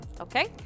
Okay